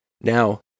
Now